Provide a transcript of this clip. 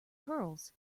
curls